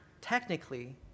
technically